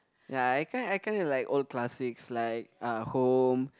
ya I kind I kind of like old classics like uh home